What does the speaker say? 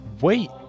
Wait